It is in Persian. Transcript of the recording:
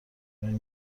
بین